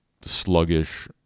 sluggish